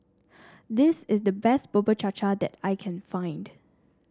this is the best Bubur Cha Cha that I can find